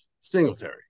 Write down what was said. Singletary